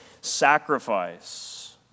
sacrifice